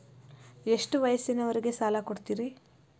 ಎಷ್ಟ ವಯಸ್ಸಿನವರಿಗೆ ಸಾಲ ಕೊಡ್ತಿರಿ?